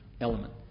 element